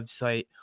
website